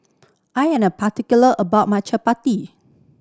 I am a particular about my